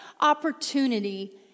opportunity